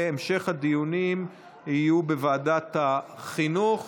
והמשך הדיונים יהיה בוועדת החינוך,